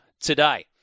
today